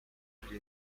gli